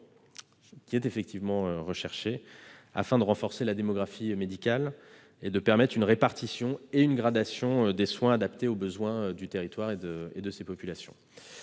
des établissements, afin de renforcer la démographie médicale et de permettre une répartition et une graduation des soins adaptées aux besoins du territoire et de ses populations.